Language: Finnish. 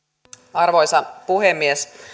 arvoisa puhemies